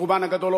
ברובן הגדול,